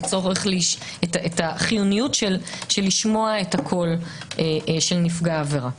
את החיוניות של לשמוע את הקול של נפגע העבירה.